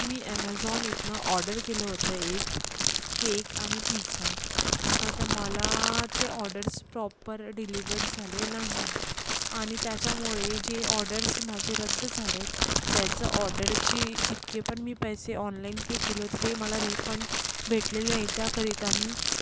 मी Amazon इथून order केलं होतं एक केक आणि पिझ्झा बटं मला ते ऑडर्स प्रॉपर डिलिवर्ड झाले नाही आणि त्याच्यामुळे जे ऑडर्स माझे रद्द झालेत त्याचा ऑडरची जितके पण मी पैसे ऑनलाईन पे केले होते ते मला रिफंड भेटलेले नाही त्याकरिता मी